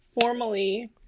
formally